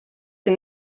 see